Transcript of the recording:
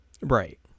Right